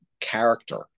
character